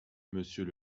monsieur